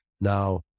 now